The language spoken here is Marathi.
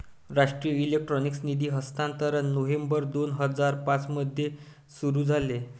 राष्ट्रीय इलेक्ट्रॉनिक निधी हस्तांतरण नोव्हेंबर दोन हजार पाँच मध्ये सुरू झाले